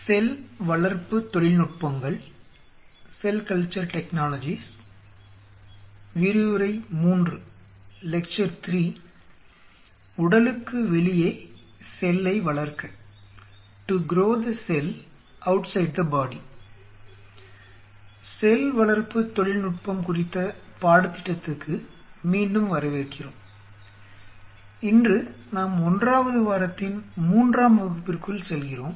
செல் வளர்ப்பு தொழில்நுட்பம் குறித்த பாடத்திட்டத்துக்கு மீண்டும் வரவேற்கிறோம் இன்று நாம் 1 வது வாரத்தின் 3 ஆம் வகுப்பிற்குள் செல்கிறோம்